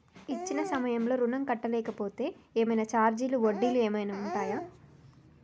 ఇచ్చిన సమయంలో ఋణం కట్టలేకపోతే ఏమైనా ఛార్జీలు వడ్డీలు ఏమైనా ఉంటయా?